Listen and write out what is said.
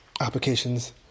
applications